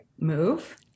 move